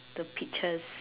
the peaches